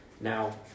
Now